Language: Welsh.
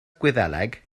gwyddeleg